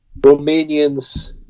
Romanians